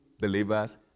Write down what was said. believers